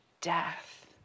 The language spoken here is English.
death